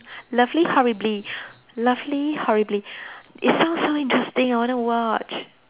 lovely horribly lovely horribly it sounds so interesting I want to watch